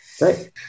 Right